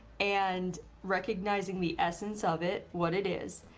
and recognizing the essence of it, what it is,